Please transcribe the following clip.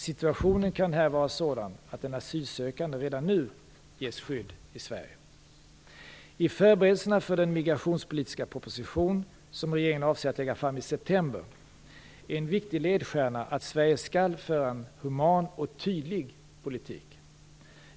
Situationen kan här vara sådan att den asylsökande redan nu ges skydd i I förberedelserna för den migrationspolitiska proposition, som regeringen avser att lägga fram i september, är en viktig ledstjärna att Sverige skall föra en human och tydlig politik.